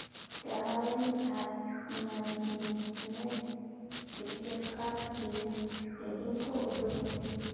ᱪᱟᱞᱟᱣᱮᱱ ᱟᱴ ᱢᱟᱱᱦᱤ ᱤᱧᱟᱹᱜ ᱠᱨᱤᱠᱮᱴ ᱠᱟᱴ ᱵᱤᱞ ᱴᱮᱰᱤᱝ ᱠᱚ ᱩᱫᱩᱜᱽ ᱢᱮ